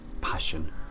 passion